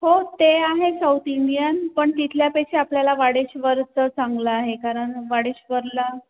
हो ते आहे साऊथ इंडियन पण तिथल्या पेक्षा आपल्याला वाडेश्वरचं चांगलं आहे कारण वाडेश्वरला